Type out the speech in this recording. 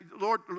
Lord